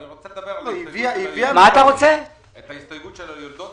אני רוצה להביא את ההסתייגות של היולדות,